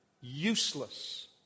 useless